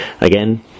again